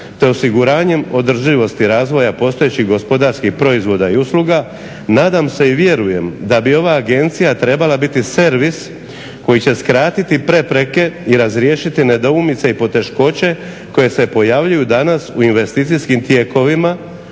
te osiguranjem održivosti razvoja postojećih gospodarskih proizvoda i usluga, nadam se i vjerujem da bi ova agencija trebala biti servis koji će skratiti prepreke i razriješiti nedoumice i poteškoće koje se pojavljuju danas u investicijskim tijekovima,